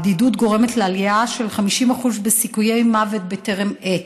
הבדידות גורמת לעלייה של 50% בסיכויי מוות בטרם עת,